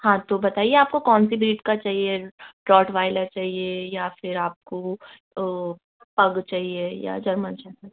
हाँ तो बताइए आपको कौन सी ब्रीड का चाहिए रॉटवाइलर चाहिए या फिर आपको पग चाहिए या जर्मन चाहिए